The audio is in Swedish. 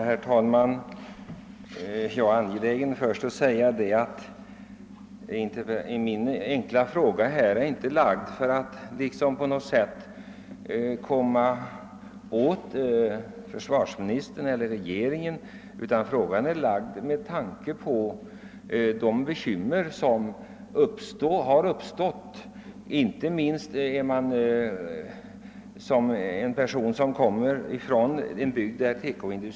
Herr talman! Jag är angelägen om att säga att min enkla fråga inte framställts för att på något sätt komma åt vare sig försvarsministern eller regeringen. Den är ställd enbart med tanke på de bekymmer som har uppstått i en bygd där TEKO-industrin är dominerande och rent allmänt för industrigrenen och dess anställda.